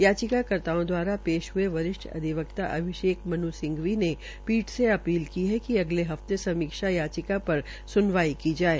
याचिकाकर्ताओं द्वारा पेश ह्ये वरिष्ठ अधिवक्ता अभिषेक मन् सिंघवी ने पीठ से अपील की है कि अगले हफते समीक्षा याचिाक पर सुनवाई की जाये